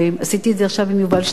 עשיתי את זה עכשיו עם יובל שטייניץ,